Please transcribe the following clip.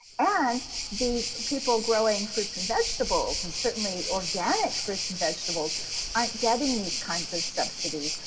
and the people growing fruits and vegetables and certainly organic fruits and vegetables aren't getting these kinds of subsidies.